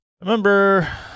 remember